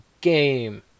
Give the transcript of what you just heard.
game